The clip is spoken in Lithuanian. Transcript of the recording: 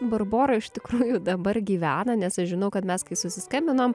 barbora iš tikrųjų dabar gyvena nes aš žinau kad mes kai susiskambinom